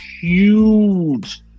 huge